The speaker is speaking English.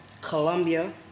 Colombia